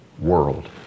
world